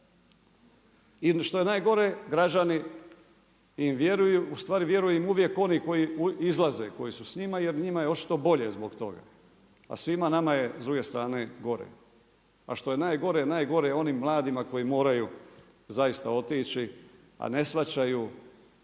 I što je najgore, građani im vjeruju, ustvari vjeruju im uvijek oni koji izlaze koji su s njima, jer njima je očito bolje zbog toga. A svima nama je s druge strane gore. A što je najgore, najgore je onim mladima koji moraju zaista otići, a ne shvaćaju